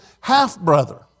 half-brother